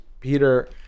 Peter